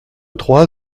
trois